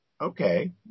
okay